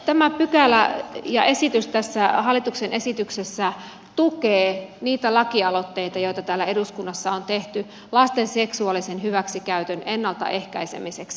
tämä pykälä ja esitys tässä hallituksen esityksessä tukee niitä lakialoitteita joita täällä eduskunnassa on tehty lasten seksuaalisen hyväksikäytön ennaltaehkäisemiseksi